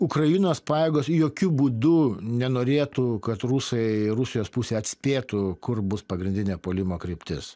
ukrainos pajėgos jokiu būdu nenorėtų kad rusai rusijos pusė atspėtų kur bus pagrindinė puolimo kryptis